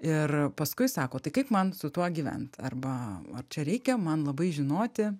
ir paskui sako tai kaip man su tuo gyvent arba ar čia reikia man labai žinoti